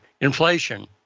inflation